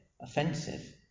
offensive